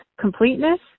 completeness